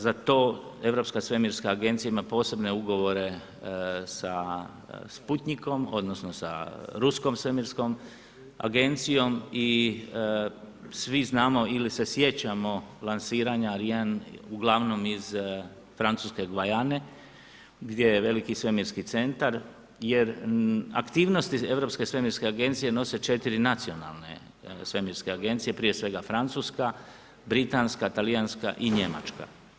Za to Europska svemirska agencija ima posebne ugovore sa Sputnjikom odnosno sa ruskom svemirskom agencijom i svi znamo ili se sjećamo lansiranja Ariane uglavnom iz Francuske Gvajane gdje je veliki svemirski centar jer aktivnosti Europske svemirske agencije nose četiri nacionalne svemirske agencije, prije svega francuska, britanska, talijanska i njemačka.